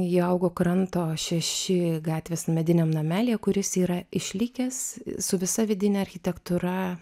ji augo kranto šeši gatvės mediniam namelyje kuris yra išlikęs su visa vidine architektūra